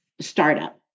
startup